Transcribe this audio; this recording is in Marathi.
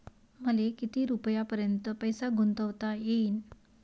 मले किती रुपयापर्यंत पैसा गुंतवता येईन?